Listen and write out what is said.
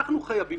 אנחנו חייבים,